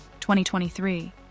2023